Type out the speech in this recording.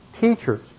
teachers